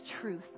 truth